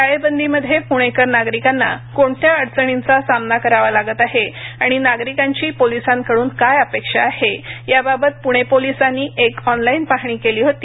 टाळेबंदीमध्ये पुणेकर नागरिकांना कोणत्या अडचणींचा सामना करावा लागत आहे आणि नागरिकांची पोलिसांकडून काय अपेक्षा आहे याबाबत पुणे पोलिसांनी एक ऑनलाइन पाहणी केली होती